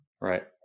Right